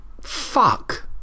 Fuck